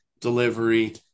delivery